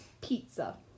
pizza